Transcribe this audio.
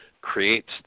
creates